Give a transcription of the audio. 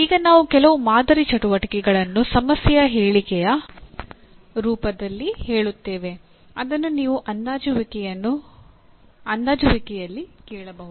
ಈಗ ನಾವು ಕೆಲವು ಮಾದರಿ ಚಟುವಟಿಕೆಗಳನ್ನು ಸಮಸ್ಯೆಯ ಹೇಳಿಕೆಯ ರೂಪದಲ್ಲಿ ಹೇಳುತ್ತೇವೆ ಅದನ್ನು ನೀವು ಅಂದಾಜುವಿಕೆಯಲ್ಲಿ ಕೇಳಬಹುದು